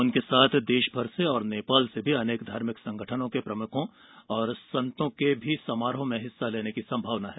उनके साथ देशभर से और नेपाल से अनेक धार्मिक संगठनों के प्रमुखों और संतों के भी समारोह में हिस्सा लेने की संभावना है